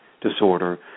disorder